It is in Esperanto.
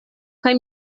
kaj